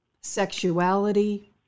sexuality